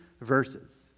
verses